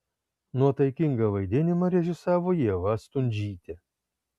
nuotaikingą vaidinimą režisavo ieva stundžytė